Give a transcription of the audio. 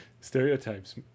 stereotypes